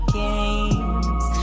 games